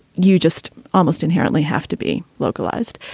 you just almost inherently have to be localized.